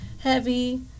heavy